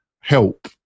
help